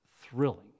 thrilling